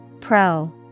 Pro